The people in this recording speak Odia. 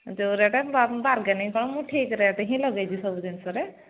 ଯୋଉ ରେଟ୍ ବାର୍ଗେନିଂ କ'ଣ ମୁଁ ଠିକ ରେଟ୍ ହିଁ ଲଗେଇଛି ସବୁ ଜିନଷରେ